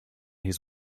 his